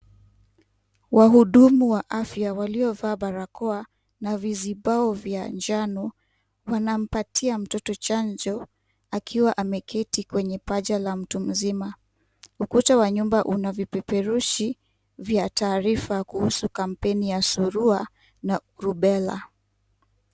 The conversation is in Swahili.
Wahudumu wa afya waliovaa barakoa na vizibao vya njano wanampatia mtoto chanjo akiwa ameketi kwenye paja la mtu mzima. Ukuta wa nyumba una vipeperushi kuhusu taarifa ya kampeni ya surua na rubella.